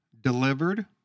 delivered